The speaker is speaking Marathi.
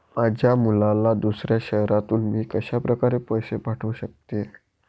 माझ्या मुलाला दुसऱ्या शहरातून मी कशाप्रकारे पैसे पाठवू शकते?